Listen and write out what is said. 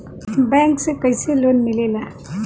Bank से कइसे loan मिलेला?